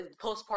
postpartum